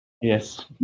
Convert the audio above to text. Yes